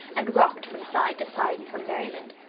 and rocked from side to side in her merriment.